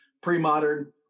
pre-modern